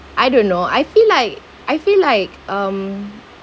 I don't know I feel like I feel like um